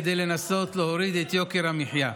כדי לנסות להוריד את יוקר המחיה.